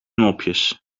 mopjes